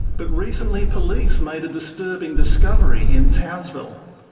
but recently police made a disturbing discovery in townsville.